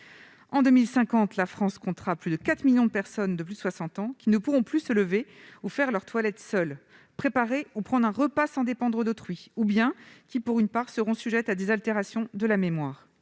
En 2050, la France comptera près de 4 millions de personnes de plus de 60 ans qui ne pourront plus se lever ou faire leur toilette seules, préparer ou prendre un repas sans dépendre d'autrui. Nombre de personnes âgées seront aussi sujettes à des altérations de la mémoire.